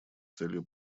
целью